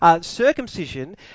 circumcision